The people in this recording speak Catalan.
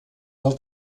del